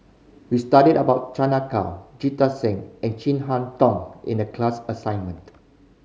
we studied about Chan Ah Kow Jita Singh and Chin Harn Tong in the class assignment